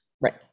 right